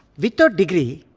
without degree,